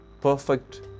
perfect